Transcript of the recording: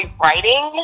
writing